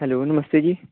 hello ਨਮਸਤੇ ਜੀ